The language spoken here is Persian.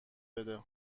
بده